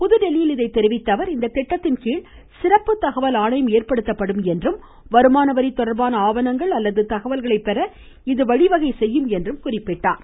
புதுதில்லியில் இதை தெரிவித்த அவர் இந்த திட்டத்தின்கீழ் சிறப்பு தகவல் ஆணையம் ஏற்படுத்தப்படும் என்றும் வருமான வரி தொடர்பான ஆவணங்கள் அல்லது தகவல்களை பெற இது வகை செய்யும் என்றும் குறிப்பிட்டார்